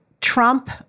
Trump